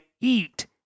eat